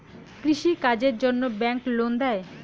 কৃষি কাজের জন্যে ব্যাংক লোন দেয়?